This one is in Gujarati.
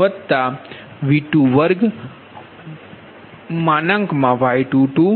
વતા V22Y22cos⁡વતાV2V3Y23cos23 23 વતા V2V4Y4cos24 24